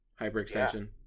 Hyperextension